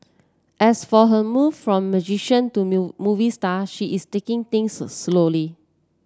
as for her move from musician to new movie star she is taking things slowly